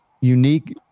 unique